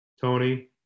Tony